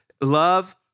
Love